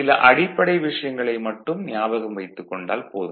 சில அடிப்படை விஷயங்களை மட்டும் ஞாபகம் வைத்துக் கொண்டால் போதும்